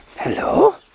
Hello